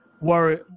worry